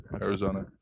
Arizona